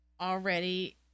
Already